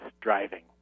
driving